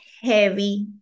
heavy